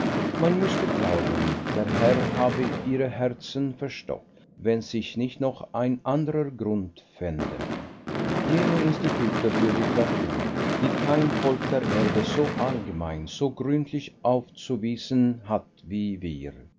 man müßte glauben der herr habe ihre herzen verstockt wenn sich nicht noch ein anderer grund fände jene institute für literatur die kein volk der erde so allgemein so gründlich aufzuweisen hat wie wir